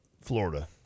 Florida